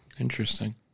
Interesting